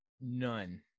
none